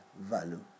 value